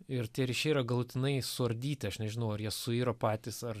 ir tie ryšiai yra galutinai suardyti aš nežinau ar jie suiro patys ar